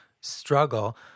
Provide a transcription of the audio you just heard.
struggle